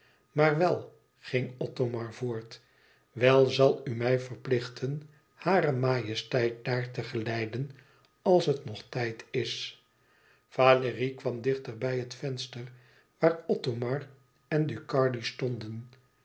maar wel ging othomar voort wel zal u mij verplichten hare majesteit daar te geleiden als het nog tijd is valérie kwam dichter bij het venster waar othomar en ducardi stonden